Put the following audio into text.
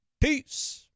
Peace